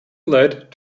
led